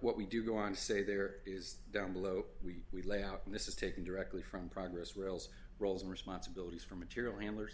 what we do go on say there is down below we lay out and this is taken directly from progress rules roles and responsibilities for material ramblers